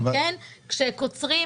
כשקוצרים?